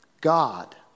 God